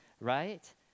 right